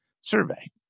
survey